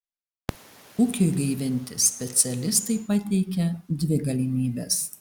ūkiui gaivinti specialistai pateikia dvi galimybes